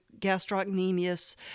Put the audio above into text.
gastrocnemius